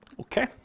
Okay